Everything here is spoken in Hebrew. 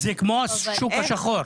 זה כמו השוק האפור.